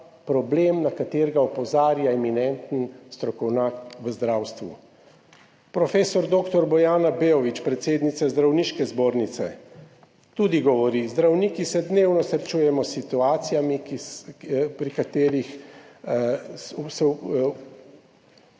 na katerega opozarja eminenten strokovnjak v zdravstvu. Profesor doktor Bojana Beović, predsednica Zdravniške zbornice, tudi govori: Zdravniki se dnevno srečujemo s situacijami pri katerih